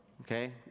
okay